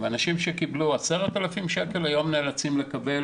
ואנשים שקיבלו 10,000 שקל היום נאלצים לקבל